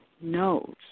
knows